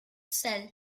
cell